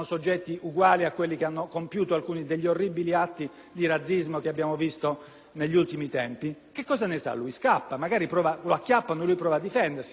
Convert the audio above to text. negli ultimi tempi? Che cosa ne sa lui? Scappa. Magari lo acchiappano e lui prova a difendersi, e se prova a difendersi costoro cercheranno di immobilizzarlo perchè, una volta che si innesca una colluttazione